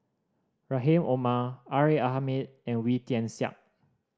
Rahim Omar R A Hamid and Wee Tian Siak